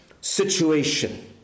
situation